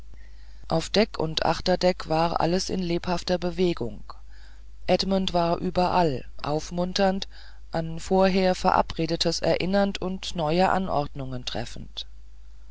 auf deck und achterdeck war alles in lebhafter bewegung edmund war überall aufmunternd an vorher verabredetes erinnernd oder neue anordnungen treffend